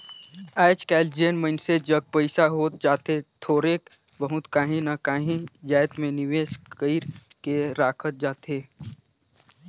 आएज काएल जेन मइनसे जग पइसा होत जाथे थोरोक बहुत काहीं ना काहीं जाएत में निवेस कइर के राखत जाथे